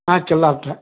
ಹಾಂ ಕಿಲಾ ಹತ್ರ